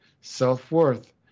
self-worth